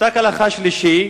פסק הלכה שלישי,